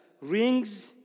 rings